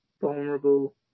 vulnerable